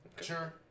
Sure